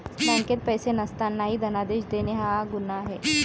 बँकेत पैसे नसतानाही धनादेश देणे हा गुन्हा आहे